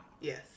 Yes